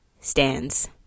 stands